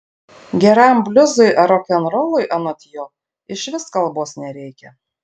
geram bliuzui ar rokenrolui anot jo išvis kalbos nereikia